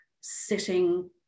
sitting